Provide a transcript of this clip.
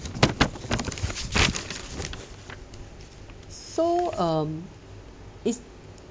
so um is